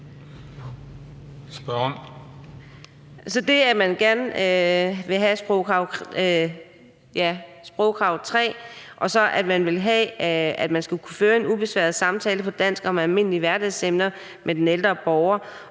stramt, at vi gerne vil have krav om danskprøve 3 og vil have, at man skal kunne føre en ubesværet samtale på dansk om almindelige hverdagsemner med den ældre borger;